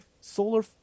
solar